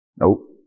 Nope